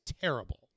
terrible